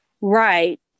Right